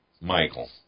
Michael